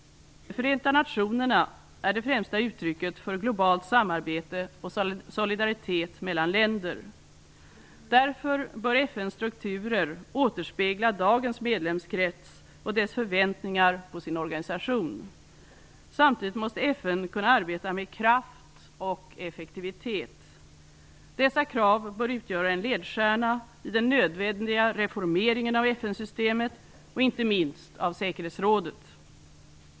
Förenta nationerna är det främsta uttrycket för globalt samarbete och solidaritet mellan länder. Därför bör FN:s strukturer återspegla dagens medlemskrets och dess förväntningar på sin organisation. Samtidigt måste FN kunna arbeta med kraft och effektivitet. Dessa krav bör utgöra en ledstjärna i den nödvändiga reformeringen av FN-systemet och inte minst av säkerhetsrådet.